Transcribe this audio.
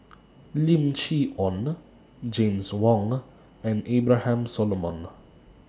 Lim Chee Onn James Wong and Abraham Solomon